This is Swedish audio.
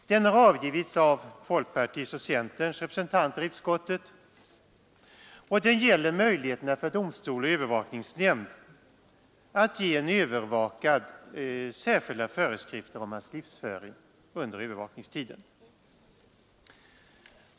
Den har avgivits av folkpartiets och centerns representanter i utskottet och gäller möjligheterna för domstol och övervakningsnämnd att ge en övervakad särskilda föreskrifter om hans livsföring under övervakningstiden.